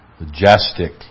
majestic